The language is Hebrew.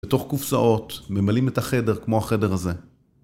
בתוך קופסאות ממלאים את החדר כמו החדר הזה